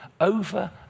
over